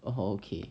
oh okay